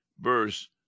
verse